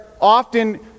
often